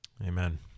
Amen